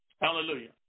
Hallelujah